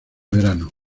verano